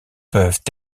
peuvent